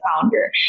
founder